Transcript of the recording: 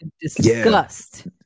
disgust